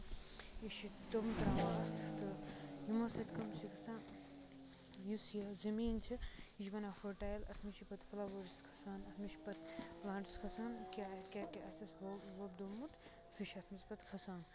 یہِ چھُ تٔمۍ ترٛاوان اَتھ تہٕ یِمو سۭتۍ کٔمۍ چھِ گژھان یُس یہِ زٔمیٖن چھ یہِ چھُ بَنان فرٹایل اَتھ منٛز چھِ پَتہٕ فٔلاوٲرٕس کھسان اَتھ منٛز چھُ پَتہٕ پٔلانٹٕس کھسان کیاہ کیاہ کیاہ آسٮ۪س اَسہِ وۄپدومُت سُہ چھُ اَتھ منٛز پَتہٕ کھسان